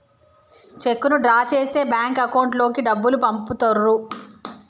చెక్కును డ్రా చేస్తే bank account లోకి డబ్బులు పంపుతుర్రు